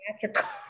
theatrical